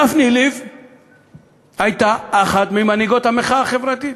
דפני ליף הייתה אחת ממנהיגות המחאה החברתית.